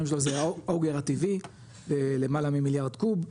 שלו זה האוגר הטבעי למעלה ממיליארד קוב.